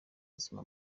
buzima